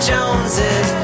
Joneses